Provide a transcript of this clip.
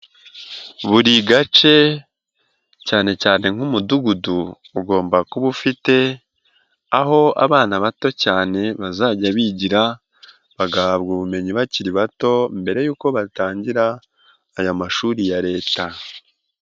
Buri gace cyane cyane nk'umudugudu ugomba kuba ufite aho abana bato cyane bazajya bigira bagahabwa ubumenyi bakiri bato mbere yuko batangira aya mashuri ya Leta.